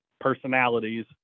personalities